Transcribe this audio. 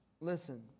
listen